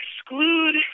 exclude